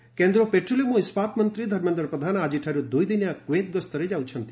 ଧର୍ମେନ୍ଦ୍ର ପ୍ରଧାନ କେନ୍ଦ୍ର ପେଟ୍ରୋଲିୟମ ଓ ଇସ୍କାତ ମନ୍ତ୍ରୀ ଧର୍ମେନ୍ଦ୍ର ପ୍ରଧାନ ଆଜିଠାରୁ ଦୁଇଦିନିଆ କୁଏତ୍ ଗସ୍ତରେ ଯାଉଛନ୍ତି